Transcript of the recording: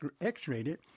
X-rated